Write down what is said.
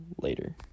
later